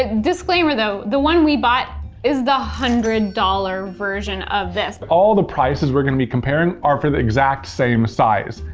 ah disclaimer though, the one we bought is the one hundred dollars version of this. all the prices we're gonna be comparing are for the exact same size.